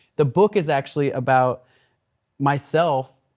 the book is actually about myself,